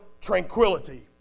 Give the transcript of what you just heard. tranquility